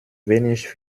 wenig